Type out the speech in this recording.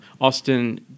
Austin